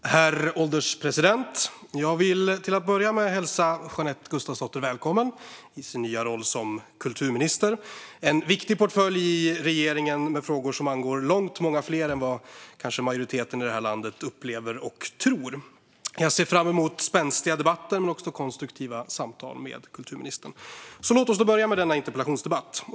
Herr ålderspresident! Jag vill till att börja med hälsa Jeanette Gustafsdotter välkommen i sin nya roll som kulturminister. Det är en viktig portfölj i regeringen med frågor som angår långt många fler än vad majoriteten i det här landet kanske upplever och tror. Jag ser fram emot spänstiga debatter och konstruktiva samtal med kulturministern. Låt oss börja med denna interpellationsdebatt.